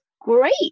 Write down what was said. great